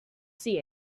see